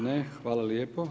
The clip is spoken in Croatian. Ne, hvala lijepo.